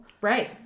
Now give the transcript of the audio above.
Right